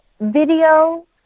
video